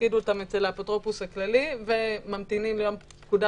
הפקידו אותם אצל האפוטרופוס הכללי וממתינים ליום פקודה,